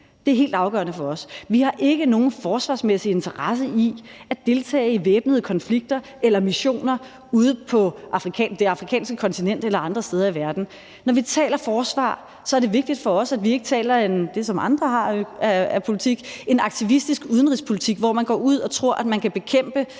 Det er helt afgørende for os. Vi har ikke nogen forsvarsmæssig interesse i at deltage i væbnede konflikter eller missioner på det afrikanske kontinent eller andre steder i verden. Når vi taler forsvar, er det vigtigt for os, at vi ikke taler om en aktivistisk udenrigspolitik – som andre har af politik – hvor man går ud og tror, at man kan bekæmpe